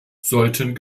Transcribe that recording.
sollten